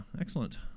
excellent